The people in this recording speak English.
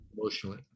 emotionally